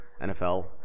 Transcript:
NFL